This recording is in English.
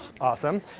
Awesome